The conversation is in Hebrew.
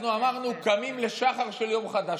אנחנו אמרנו: קמים לשחר של יום חדש.